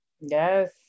Yes